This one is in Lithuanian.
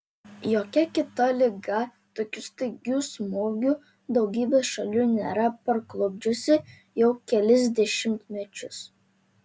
jokia kita liga tokiu staigiu smūgiu daugybės šalių nėra parklupdžiusi jau kelis dešimtmečius